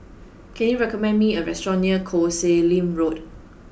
can you recommend me a restaurant near Koh Sek Lim Road